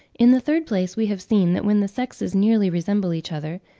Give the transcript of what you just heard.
in the third place, we have seen that when the sexes nearly resemble each other,